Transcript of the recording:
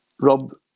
Rob